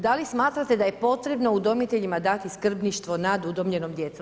Da li smatrate da je potrebno udomiteljima dati skrbništvo nad udomljenom djecom?